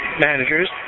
managers